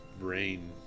brain